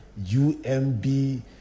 UMB